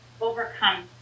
overcome